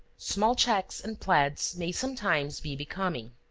small checks and plaids may sometimes be becoming.